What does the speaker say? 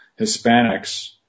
Hispanics